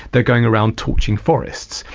they're going around torching forests,